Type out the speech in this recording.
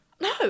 No